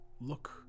look